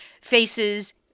faces